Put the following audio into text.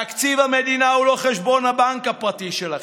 תקציב המדינה הוא לא חשבון הבנק הפרטי שלכם.